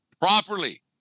properly